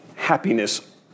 Happiness